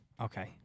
Okay